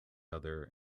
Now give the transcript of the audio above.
other